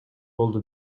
болду